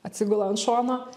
atsigula ant šono